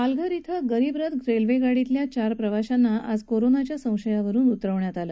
पालघर इथं गरीब रथ रेल्वेगाडीतल्या चार प्रवाशांना आज कोरोनाच्या संशयावरुन उतरवण्यात आलं